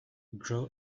grow